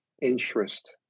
interest